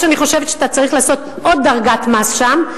אף-על-פי שאני חושבת שאתה צריך לעשות עוד דרגת מס שם,